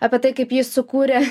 apie tai kaip ji sukūrė